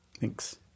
Thanks